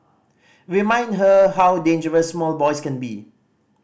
remind her how dangerous small boys can be